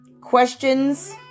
questions